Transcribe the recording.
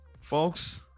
folks